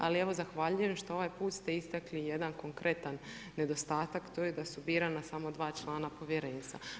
Ali evo zahvaljujem što ovaj put ste istakli jedan konkretan nedostatak tu i da su birana samo dva člana povjerenstva.